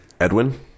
Edwin